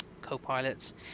co-pilots